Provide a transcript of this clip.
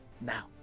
now